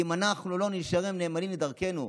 כי אם אנחנו לא נשארים נאמנים לדרכנו,